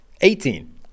Eighteen